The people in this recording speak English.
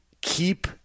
keep